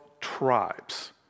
tribes